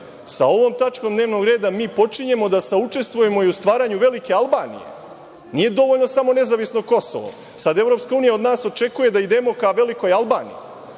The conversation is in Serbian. sa ovom tačkom dnevnog reda mi počinjemo da saučestvujemo u stvaranju velike Albanije. Nije dovoljno samo nezavisno Kosovo. Sad EU od nas očekuje da idemo ka velikoj Albaniji,